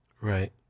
Right